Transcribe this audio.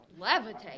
levitate